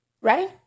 right